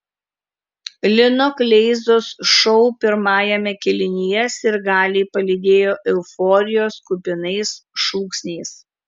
lino kleizos šou pirmajame kėlinyje sirgaliai palydėjo euforijos kupinais šūksniais